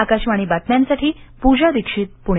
आकाशवाणी बातम्यांसाठी पुजा दीक्षित पुणे